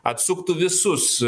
atsuktų visus